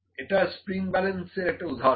এটা spring balance এর একটা উদাহরণ